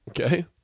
okay